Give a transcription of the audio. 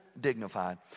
dignified